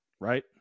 right